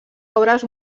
obres